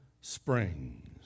springs